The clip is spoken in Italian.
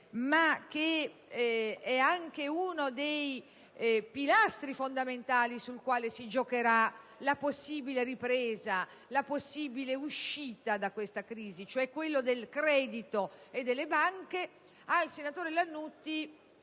che è anche uno dei pilastri fondamentali su cui si giocherà la possibile ripresa, la possibile uscita da questa crisi, cioè quello del credito e delle banche, voglio ricordare